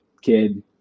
kid